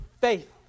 faith